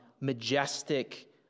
majestic